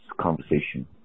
conversation